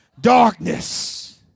Darkness